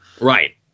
Right